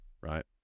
right